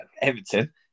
Everton